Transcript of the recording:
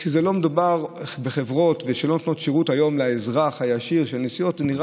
כשמדובר על חברות של נסיעות שלא נותנות היום שירות לאזרח הישיר,